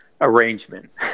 arrangement